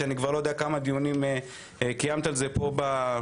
שאני לא יודע כמה דיונים כבר קיימת על זה פה בוועדה.